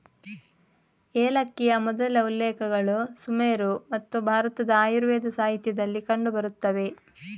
ಏಲಕ್ಕಿಯ ಮೊದಲ ಉಲ್ಲೇಖಗಳು ಸುಮೇರು ಮತ್ತು ಭಾರತದ ಆಯುರ್ವೇದ ಸಾಹಿತ್ಯದಲ್ಲಿ ಕಂಡು ಬರುತ್ತವೆ